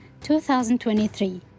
2023